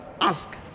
ask